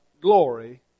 glory